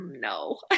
No